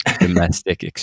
domestic